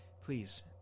please